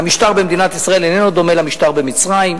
המשטר במדינת ישראל איננו דומה למשטר במצרים.